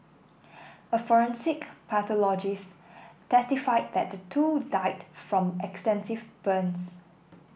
a forensic pathologist testified that the two died from extensive burns